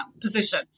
position